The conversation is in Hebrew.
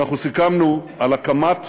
סיכמנו על הקמת